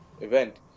event